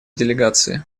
делегации